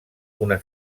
una